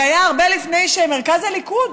זה היה הרבה לפני שמרכז הליכוד